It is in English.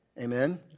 Amen